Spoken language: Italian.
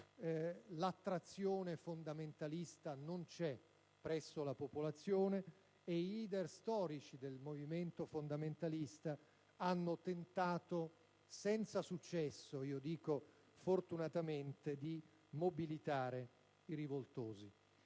l'attrazione fondamentalista, tanto che i leader storici del movimento fondamentalista hanno tentato senza successo - io dico fortunatamente - di mobilitare i rivoltosi.